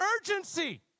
urgency